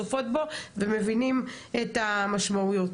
צופות בו ומבינים את המשמעויות.